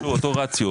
שוב אותו רציונל,